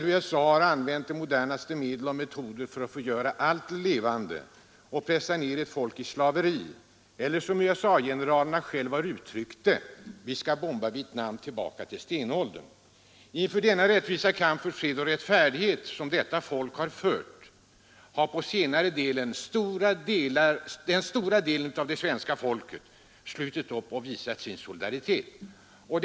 USA har använt de modernaste medel och metoder för att förgöra allt levande och pressa ned ett folk i slaveri eller, som USA-generalerna själva har uttryckt det: ”Vi skall bomba Vietnam tillbaka till stenåldern.” Inför denna rättvisa kamp för fred och rättfärdighet som det vietnamesiska folket har fört har på senare tid den stora delen av det svenska folket slutit upp och visat sin solidaritet.